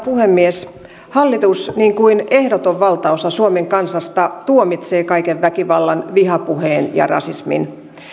puhemies hallitus niin kuin ehdoton valtaosa suomen kansasta tuomitsee kaiken väkivallan vihapuheen ja rasismin